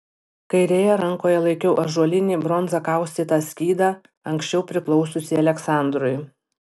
kairėje rankoje laikiau ąžuolinį bronza kaustytą skydą anksčiau priklausiusį aleksandrui